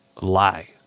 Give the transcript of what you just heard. lie